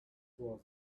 was